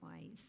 ways